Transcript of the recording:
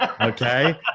Okay